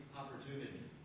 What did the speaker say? opportunity